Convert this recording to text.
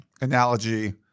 analogy